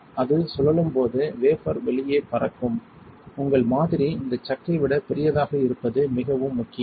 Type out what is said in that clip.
எனவே அது சுழலும் போது வேபர் வெளியே பறக்கும் உங்கள் மாதிரி இந்த சக்கை விட பெரியதாக இருப்பது மிகவும் முக்கியம்